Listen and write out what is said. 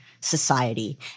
society